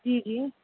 جی جی